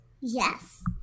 Yes